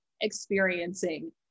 experiencing